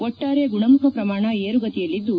ಒಟ್ಟಾರೆ ಗುಣಮುಖ ಪ್ರಮಾಣ ಏರುಗತಿಯಲ್ಲಿದ್ದು